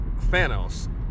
Thanos